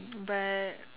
but